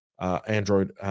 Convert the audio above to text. Android